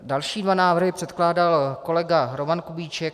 Další dva návrhy předkládal kolega Roman Kubíček.